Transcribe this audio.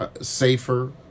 safer